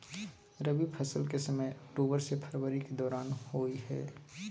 रबी फसल के समय अक्टूबर से फरवरी के दौरान होय हय